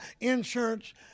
insurance